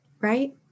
Right